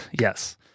Yes